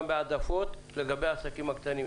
גם בהעדפות לגבי העסקים הקטנים.